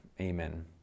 Amen